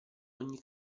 ogni